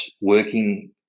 working